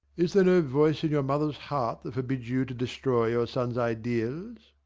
is there no voice in your mother's heart that forbids you to destroy your son's ideals?